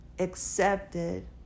accepted